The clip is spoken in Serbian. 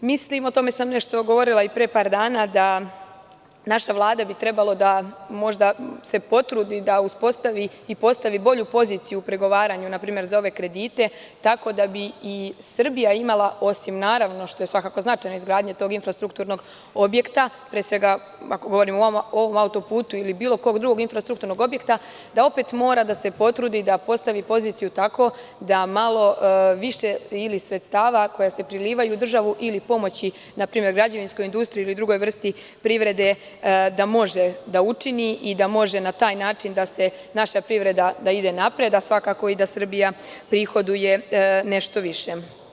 Govorila sam o tome i nešto pre par dana, da bi naša Vlada trebalo možda da se potrudi da postavi bolju poziciju u pregovaranju za ove kredite, tako da bi i Srbija imala osim, naravno, što je svakako značajno izgradnja tog infrastrukturnog objekta, pre svega ako govorim o autoputu ili bilo kog drugog infrastrukturnog objekta, da opet mora da se potvrdi da postavi poziciju tako da malo više ili sredstava koja se prilivaju u državu ili pomoći npr. građevinskoj industriji ili drugoj vrsti privrede da može da učini i da može na taj način da se naša privreda ide napred, a svakako i da Srbija prihoduje nešto više.